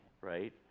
right